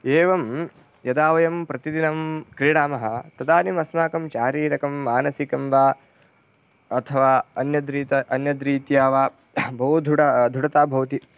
एवं यदा वयं प्रतिदिनं क्रीडामः तदानीम् अस्माकं शारीरकं मानसिकं वा अथवा अन्यद्रीतया अन्यद्रीत्या वा बहु दृढं दृढता भवति